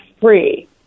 free